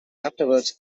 afterwards